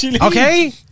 Okay